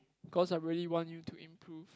cause I really want you to improve